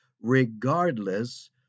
regardless